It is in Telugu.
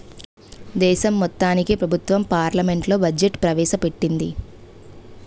దేశం మొత్తానికి ప్రభుత్వం పార్లమెంట్లో బడ్జెట్ ప్రవేశ పెట్టింది